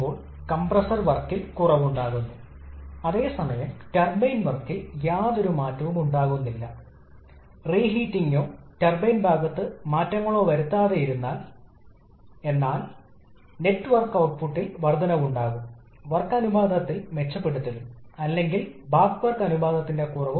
നമ്മൾ കംപ്രസ്സർ കണക്കാക്കി work turbine work അവിടെ നിന്നുള്ള ചൂട് ഇൻപുട്ട് താപ output ട്ട്പുട്ട് എന്നിവ നമ്മൾക്ക് ഒരു എക്സ്പ്രഷൻ ലഭിച്ചു കാര്യക്ഷമതയ്ക്കായി